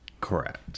Correct